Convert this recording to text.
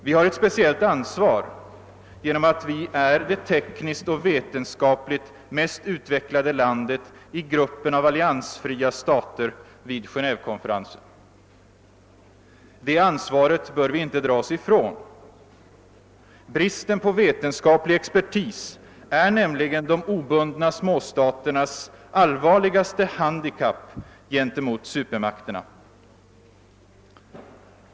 Vi har ett speciellt ansvar genom att Sverige är det tekniskt och vetenskapligt mest utvecklade landet i gruppen av alliansfria stater vid Genévekonferensen. Detta ansvar bör vi inte dra oss från. Bristen på vetenskaplig expertis är nämligen de obundna småstaternas allvarligaste handikapp i förhållande till supermakterna.